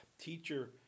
teacher